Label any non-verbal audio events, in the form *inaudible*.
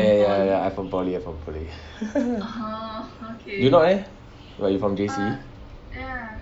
ya ya ya ya ya I'm from poly I'm from poly *laughs* you not meh what you from J_C